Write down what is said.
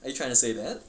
are you trying to say that